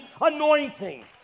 anointing